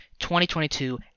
2022